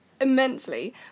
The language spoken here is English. Immensely